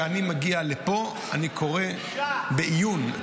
-- אשר רק כשאני מגיע לפה אני קורא בעיון -- בושה.